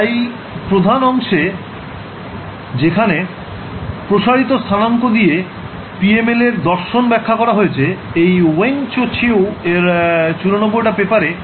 তাই প্রধান অংশে যেখানে প্রসারিত স্থানাঙ্ক দিয়ে PML এর দর্শন ব্যাখ্যা করা হয়েছে এই Weng Cho Chew এর ৯৪ টা পেপারে